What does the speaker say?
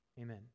Amen